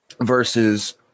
versus